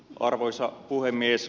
arvoisa puhemies